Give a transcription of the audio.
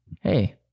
Hey